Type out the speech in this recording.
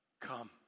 come